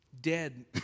dead